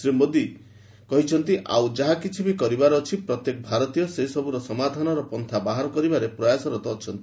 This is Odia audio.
ଶ୍ରୀ ମୋଦୀ କହିଛନ୍ତି ଆଉ ଯାହାକିଛି ବି କରିବାର ବାକିଅଛି ପ୍ରତ୍ୟେକ ଭାରତୀୟ ସେସବୁର ସମାଧାନର ପନ୍ଥା ବାହାର କରିବାର ପ୍ରୟାସରତ ଅଛନ୍ତି